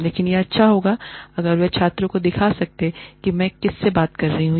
लेकिन यह अच्छा होगा अगर वे छात्रों को दिखा सकते हैं कि मैं किससे बात कर रहा हूं